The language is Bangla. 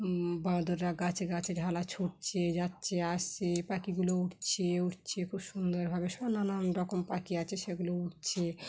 বাঁদররা গাছে গাছে ঢালা ছুটছে যাচ্ছে আসছে পাখিগুলো উড়ছে উড়ছে খুব সুন্দরভাবে সব নানান রকম পাখি আছে সেগুলো উড়ছে